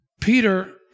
Peter